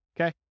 Okay